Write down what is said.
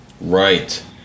Right